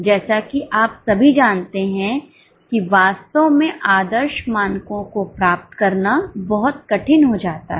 जैसा कि आप सभी जानते हैं कि वास्तव में आदर्श मानकों को प्राप्त करना बहुत कठिन हो जाता है